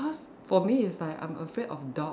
cause for me it's like I'm afraid of dogs